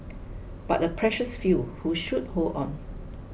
but a precious few who should hold on